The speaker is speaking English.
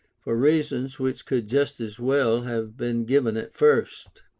for reasons which could just as well have been given at first.